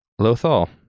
Lothal